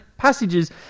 passages